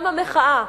גם המחאה,